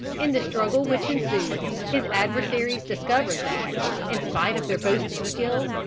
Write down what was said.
in the struggle which ensued, his adversaries discovered that, in spite of their boasted skill,